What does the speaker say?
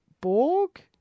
Borg